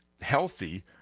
healthy